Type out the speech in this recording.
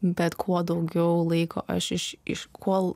bet kuo daugiau laiko aš iš iš kol